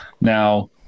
now